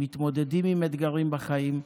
מתמודדים עם אתגרים בחיים,